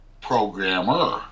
Programmer